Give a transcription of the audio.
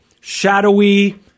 shadowy